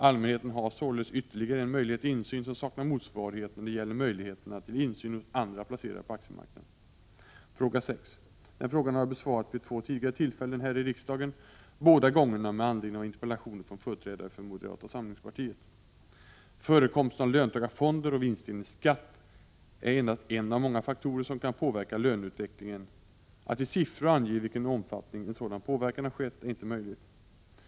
Allmänheten har således ytterligare en möjlighet till insyn, som saknar motsvarighet när det gäller möjligheterna till insyn hos andra placerare på aktiemarknaden. Fråga 6: Den här frågan har jag besvarat vid två tidigare tillfällen här i riksdagen, båda gångerna med anledning av interpellationer från företrädare för moderata samlingspartiet. Förekomsten av löntagarfonder och vinstdelningsskatt är endast en av många faktorer som kan påverka löneutvecklingen. Att i siffror ange i vilken omfattning en sådan påverkan har skett är inte möjligt.